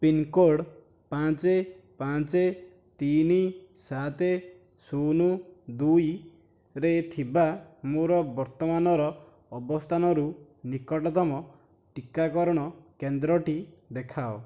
pincode ପାଞ୍ଚ ପାଞ୍ଚ ତିନି ସାତ ଶୁନ ଦୁଇରେ ଥିବା ମୋର ବର୍ତ୍ତମାନର ଅବସ୍ଥାନରୁ ନିକଟତମ ଟିକାକରଣ କେନ୍ଦ୍ରଟି ଦେଖାଅ